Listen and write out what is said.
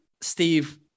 Steve